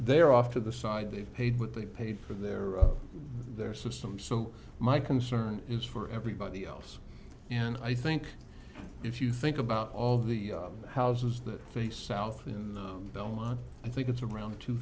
they're off to the side they've paid what they paid for their of their systems so my concern is for everybody else and i think if you think about all the houses that face south in the belmont i think it's around two